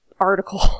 article